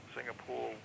Singapore